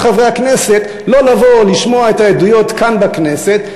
חברי הכנסת לא לבוא ולשמוע את העדויות כאן בכנסת.